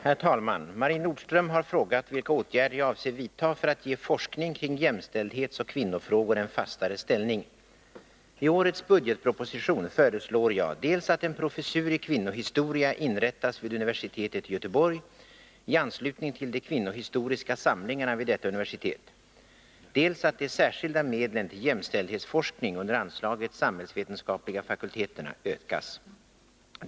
Herr talman! Marie Nordström har frågat vilka åtgärder jag avser vidta för att ge forskning kring jämställdhetsoch kvinnofrågor en fastare ställning. IT årets budgetproposition föreslår jag dels att en professur i kvinnohistoria inrättas vid universitetet i Göteborg — i anslutning till de kvinnohistoriska samlingarna vid detta universitet —, dels att de särskilda medlen till jämställdhetsforskning under anslaget Samhällsvetenskapliga fakulteterna ökas.